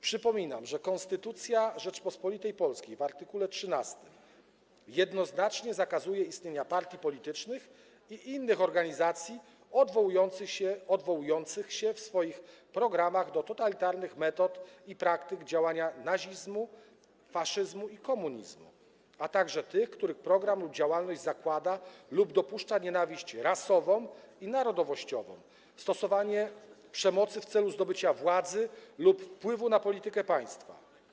Przypominam, że Konstytucja Rzeczypospolitej Polskiej w art. 13 jednoznacznie zakazuje istnienia partii politycznych i innych organizacji odwołujących się w swoich programach do totalitarnych metod i praktyk działania nazizmu, faszyzmu i komunizmu, a także tych, których program lub działalność zakłada lub dopuszcza nienawiść rasową i narodowościową, stosowanie przemocy w celu zdobycia władzy lub wpływu na politykę państwa.